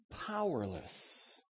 powerless